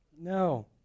No